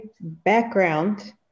background